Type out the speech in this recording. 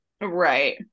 right